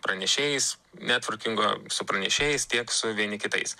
pranešėjais netvorkingo su pranešėjais tiek su vieni kitais